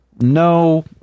no